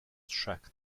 track